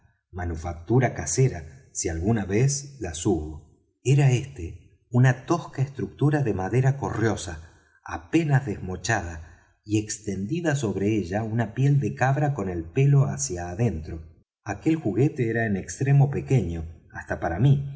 manufactura casera si alguna vez las hubo era éste una tosca estructura de madera correosa apenas desmochada y extendida sobre ella una piel de cabra con el pelo hacia adentro aquel juguete era en extremo pequeño hasta para mí